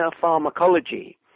pharmacology